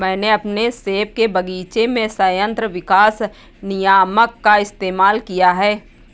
मैंने अपने सेब के बगीचे में संयंत्र विकास नियामक का इस्तेमाल किया है